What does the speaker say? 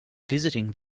visiting